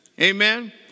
Amen